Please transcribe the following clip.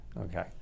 okay